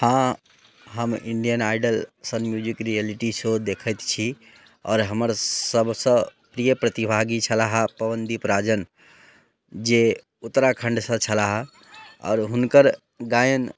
हँ हम Indian Idol सन म्यूजिक रिअलिटी सेहो देखैत छी आओर हमर सबसँ प्रिय प्रतिभागी छलाह पवनदीप राजन जे उतराखण्डसँ छलाह आओर हुनकर गायन